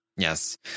Yes